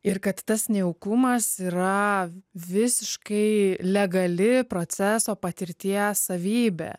ir kad tas nejaukumas yra visiškai legali proceso patirties savybė